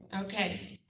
okay